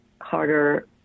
harder